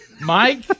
Mike